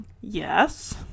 yes